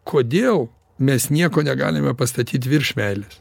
kodėl mes nieko negalime pastatyt virš meilės